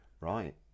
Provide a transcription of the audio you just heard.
Right